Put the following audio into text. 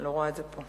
אני לא רואה את זה פה.